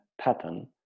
pattern